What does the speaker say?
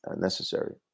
necessary